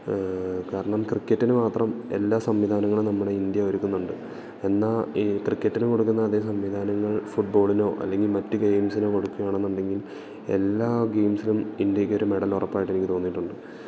കാരണം ക്രിക്കറ്റിനു മാത്രം എല്ലാ സംവിധാനങ്ങളും നമ്മുടെ ഇന്ത്യ ഒരുക്കുന്നുണ്ട് എന്നാല് ഈ ക്രിക്കറ്റിനു കൊടുക്കുന്ന അതേ സംവിധാനങ്ങൾ ഫുട്ബോളിനോ അല്ലെങ്കില് മറ്റ് ഗെയിംസിനോ കൊടുക്കുകയാണെന്നുണ്ടെങ്കിൽ എല്ലാ ഗെയിംസിലും ഇന്ത്യയ്ക്കൊരു മെഡലുറപ്പായിട്ട് എനിക്കു തോന്നിയിട്ടുണ്ട്